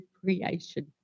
creation